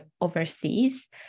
overseas